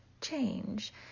change